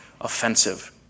offensive